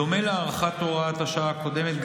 בדומה להארכת הוראת השעה הקודמת,